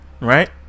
right